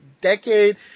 decade